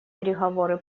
переговоры